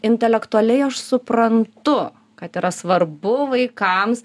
intelektualiai aš suprantu kad yra svarbu vaikams